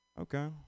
Okay